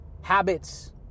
habits